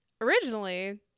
Originally